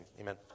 Amen